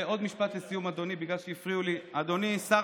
ועוד משפט לסיום, אדוני, בגלל שהפריעו לי.